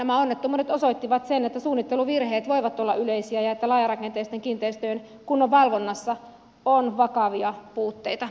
nämä onnettomuudet osoittivat sen että suunnitteluvirheet voivat olla yleisiä ja että laajarakenteisten kiinteistöjen kunnon valvonnassa on vakavia puutteita